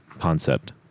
concept